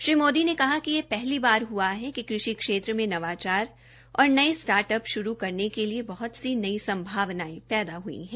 श्री मोदी ने कहाकि यह पहली बार हुआ है कि कृषि क्षेत्र में नवाचार और नये स्टार्ट अप शुरू करने के लिए बहत सी नयी संभावनाएं पैदा हई हैं